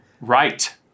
Right